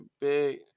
big